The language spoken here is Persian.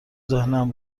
ذهنم